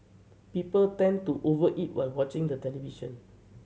people tend to over eat while watching the television